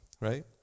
right